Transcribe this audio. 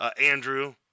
Andrew